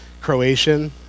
Croatian